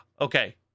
Okay